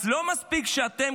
אז לא מספיק שאתם,